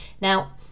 Now